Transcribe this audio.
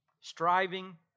Striving